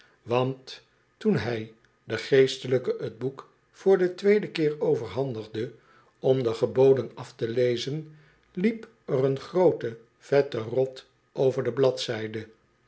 want toon hij den geestelijke t boek voor den tweeden keer overhandigde om de geboden af te lezen liep er een groote vette rot over de bladzijde